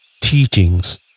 teachings